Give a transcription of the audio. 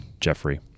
Jeffrey